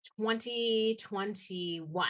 2021